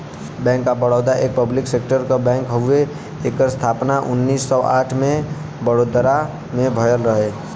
bank of Baroda एक public sector क bank हउवे एकर स्थापना उन्नीस सौ आठ में बड़ोदरा में भयल रहल